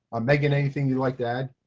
megan, anything you'd like to add?